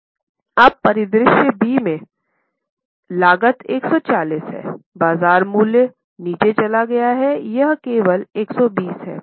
अब परिदृश्य बी में परिदृश्य बी में लागत 140 है बाजार मूल्य नीचे चला गया है यह केवल 120 है